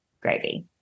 gravy